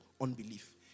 unbelief